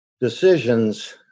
decisions